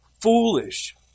Foolish